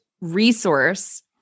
resource